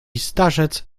starzec